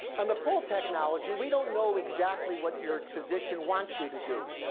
on the pull technology, we don't know exactly what your physician wants you to do.